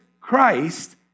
Christ